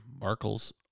Markle's